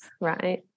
Right